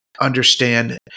understand